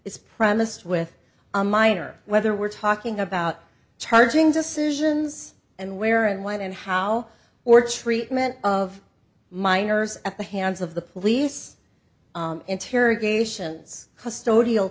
is premised with a minor whether we're talking about charging decisions and where and when and how or treatment of minors at the hands of the police interrogations cust odi